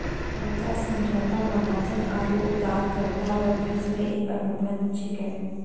कर्जा समझौता महाजन आरो उदारकरता रो बिच मे एक अनुबंध छिकै